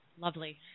Lovely